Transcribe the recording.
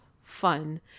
fun